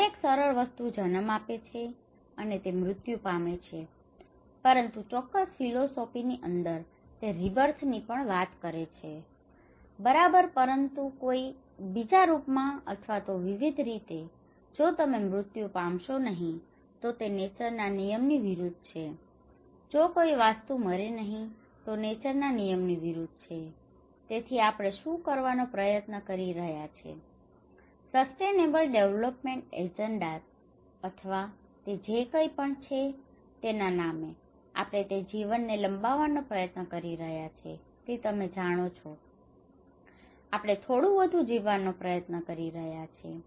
દરેક સરળ વસ્તુ જન્મ આપે છે અને તે મૃત્યુ પામે છે પરંતુ ચોક્કસ ફિલોસોફી ની અંદર તે રીબર્થ ની પણ વાત કરે છે બરાબર પરંતુ કોઈ બીજા રૂપ માં અથવા તો વિવિધ રીતે તેથી જો તમે મૃત્યુ પામશો નહિ તો તે નેચર ના નિયમ ની વિરૃદ્ધ છે જો કોઈ વાસ્ત્તુ મરે નહિ તો તે નેચર ના નિયમ ની વિરૃદ્ધ છે તેથી આપણે શું કરવાનો પ્રયત્ન કરી રહ્યા છીએ કે સસ્ટેનેબલ ડેવલપમેન્ટ એજન્ડાસ અથવા તે જે કઈ પણ છે તેના નામે આપણે તે જીવન ને લંબાવવાનો પ્રયત્ન કરી રહ્યા છીએ તમે જાણો છો આપણે થોડું વધુ જીવવાનો પ્રયત્ન કરી રહ્યા છીએ